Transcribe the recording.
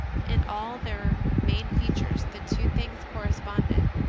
in all their main features the two things corresponded.